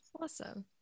awesome